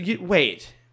wait